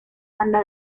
banda